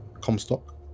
Comstock